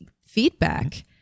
feedback